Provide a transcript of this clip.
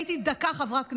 הייתי דקה חברת כנסת,